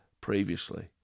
previously